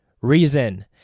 reason